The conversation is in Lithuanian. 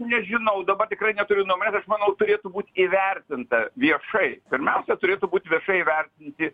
nežinau dabar tikrai neturiu numatęs manau turėtų būt įvertinta viešai pirmiausia turėtų būt viešai įvertinti